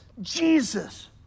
Jesus